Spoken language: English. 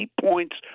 points